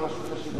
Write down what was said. כבוד השר,